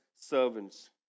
servants